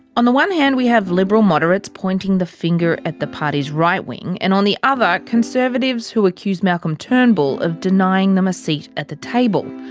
on the one hand we have liberal moderates pointing the finger at the party's right-wing. and on the other, conservatives who accuse malcolm turnbull of denying them a seat at the table.